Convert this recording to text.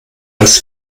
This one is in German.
als